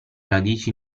radici